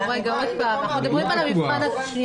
אני לא בטוח.